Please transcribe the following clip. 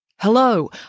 Hello